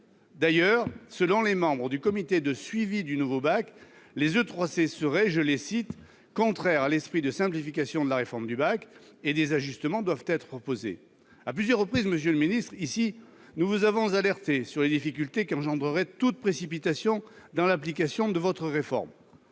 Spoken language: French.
D'ailleurs, selon les membres du comité de suivi du nouveau bac, les E3C seraient « contraires à l'esprit de simplification de la réforme du bac » et des ajustements doivent être proposés. À plusieurs reprises, monsieur le ministre, nous vous avons alerté ici sur les difficultés qu'engendrerait toute précipitation dans l'application de votre réforme.